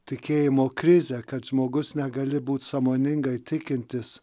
tikėjimo krizę kad žmogus negali būt sąmoningai tikintis